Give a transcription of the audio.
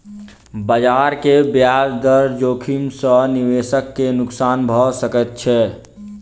बजार के ब्याज दर जोखिम सॅ निवेशक के नुक्सान भ सकैत छै